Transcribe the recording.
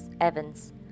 Evans